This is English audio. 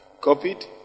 copied